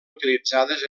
utilitzades